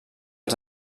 els